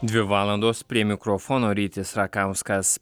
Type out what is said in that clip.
dvi valandos prie mikrofono rytis rakauskas